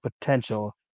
potential